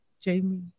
Jamie